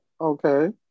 Okay